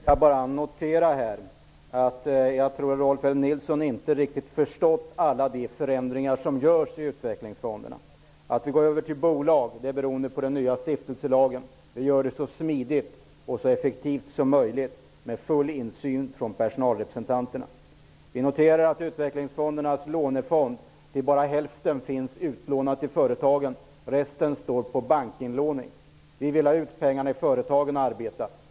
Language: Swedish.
Fru talman! Jag vill notera att Rolf L Nilson kanske inte riktigt har förstått alla de förändringar som görs i utvecklingsfonderna. Att vi går över till bolagsformen beror på den nya stiftelselagen. Vi gör det så smidigt och effektivt som möjligt, med full insyn för personalrepresentanterna. Vi noterar att utvecklingsfondernas lånefond bara till hälften är utlånad till företagen. Resten står på bankinlåning. Vi vill att pengarna skall komma ut i företagen och arbeta.